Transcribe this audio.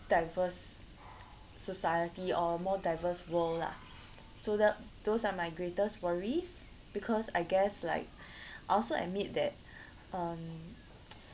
diverse society or a more diverse world lah so that those are my greatest worries because I guess like I also admit that um